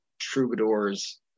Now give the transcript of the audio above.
troubadours